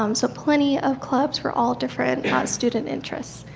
um so plenty of clubs for all different student interest.